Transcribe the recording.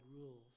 rules